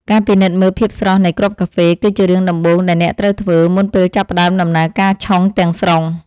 ការពិនិត្យមើលភាពស្រស់នៃគ្រាប់កាហ្វេ គឺជារឿងដំបូងដែលអ្នកត្រូវធ្វើ មុនពេលចាប់ផ្តើមដំណើរការឆុងទាំងស្រុង។